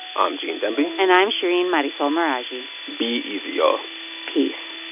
um gene demby and i'm shereen marisol meraji be easy, y'all peace